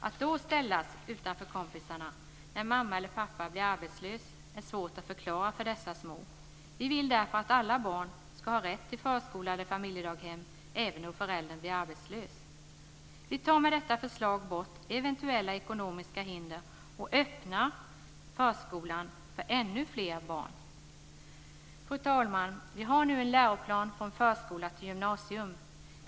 Att ställas utanför kompisarna när mamma eller pappa blir arbetslös är svårt att förklara för dessa små. Vi vill därför att alla barn ska ha rätt till förskola eller familjedaghem, även om föräldern blir arbetslös. Vi tar med detta förslag bort eventuella ekonomiska hinder och öppnar förskolan för ännu fler barn. Fru talman! Vi har nu en läroplan från förskola till gymnasium.